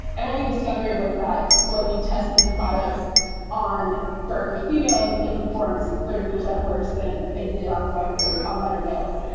and what we discovered was that when you test these products on darker females, it performs thirty percent worse than it did on white but ah lighter males.